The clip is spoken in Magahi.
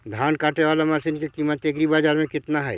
धान काटे बाला मशिन के किमत एग्रीबाजार मे कितना है?